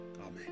Amen